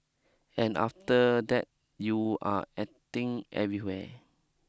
and after that you are aching everywhere